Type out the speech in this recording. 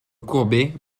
courbée